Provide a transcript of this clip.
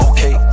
Okay